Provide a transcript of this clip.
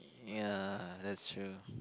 ya that's true